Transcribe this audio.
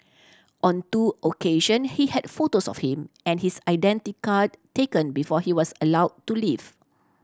on two occasion he had photos of him and his identity card taken before he was allow to leave